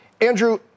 Andrew